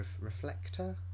reflector